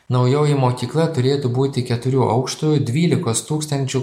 naujoji mokykla turėtų būti keturių aukštų dvylikos tūkstančių